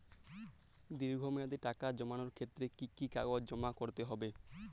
দীর্ঘ মেয়াদি টাকা জমানোর ক্ষেত্রে কি কি কাগজ জমা করতে হবে?